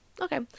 okay